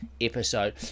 episode